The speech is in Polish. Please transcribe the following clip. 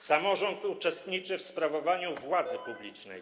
Samorząd uczestniczy w sprawowaniu władzy publicznej.